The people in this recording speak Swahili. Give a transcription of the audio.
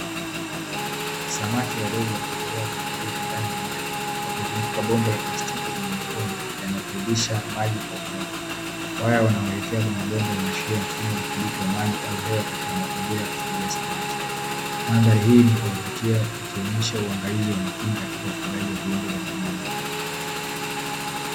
Samaki wadogo wakiogelea kwa utulivu ndani ya maji wakizunguka bomba la plastiki lenye matundu yanayo tirilisha maji kwa taratibu. Waya unao elekea kwenye bomba unaashiria mfumo wa uthibiti wa maji au hewa katika mazingira ya ya kufugia samaki. Mandhari hii inayovutia inanyoesha uangalizi wa makini kwa viunbe vinavyo ishi ndani ya maji.